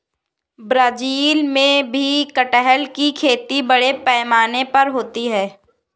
Brazil में भी कटहल की खेती बड़े पैमाने पर होती है